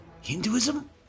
Hinduism